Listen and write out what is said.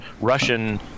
Russian